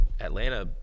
Atlanta